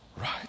Right